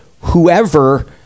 whoever